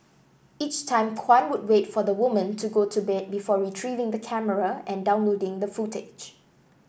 each time Kwan would wait for the woman to go to bed before retrieving the camera and downloading the footage